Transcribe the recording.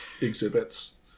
exhibits